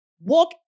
walk